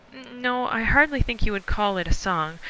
no, i hardly think you would call it a song.